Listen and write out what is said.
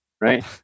Right